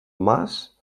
mas